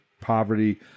poverty